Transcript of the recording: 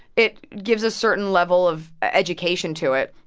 it gives a certain level of education to it.